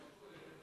לצפירתה.